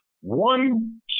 One